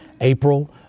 April